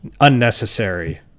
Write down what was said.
unnecessary